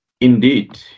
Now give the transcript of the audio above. indeed